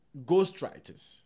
ghostwriters